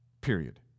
Period